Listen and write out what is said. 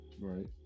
Right